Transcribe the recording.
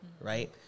right